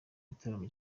igitaramo